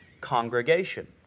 congregation